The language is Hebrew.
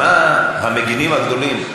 מה המגינים הגדולים?